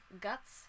guts